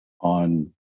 on